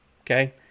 okay